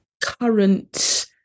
current